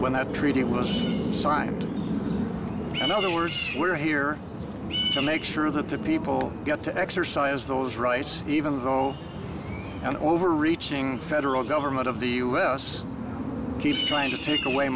when that treaty was signed in other words we're here to make sure that the people get to exercise those rights even though an overreaching federal government of the u s keeps trying to take away